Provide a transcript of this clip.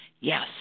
Yes